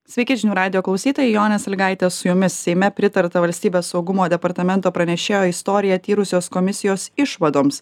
sveiki žinių radijo klausytojai jonė sąlygaitė su jumis seime pritarta valstybės saugumo departamento pranešėjo istoriją tyrusios komisijos išvadoms